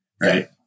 right